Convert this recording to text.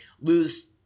lose